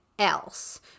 else